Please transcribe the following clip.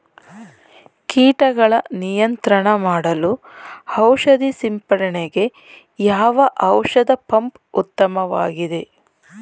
ಕೀಟಗಳ ನಿಯಂತ್ರಣ ಮಾಡಲು ಔಷಧಿ ಸಿಂಪಡಣೆಗೆ ಯಾವ ಔಷಧ ಪಂಪ್ ಉತ್ತಮವಾಗಿದೆ?